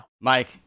Mike